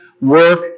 work